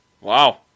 wow